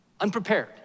unprepared